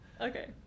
Okay